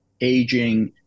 aging